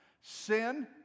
Sin